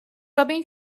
robin